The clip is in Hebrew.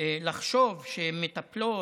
לחשוב שמטפלות,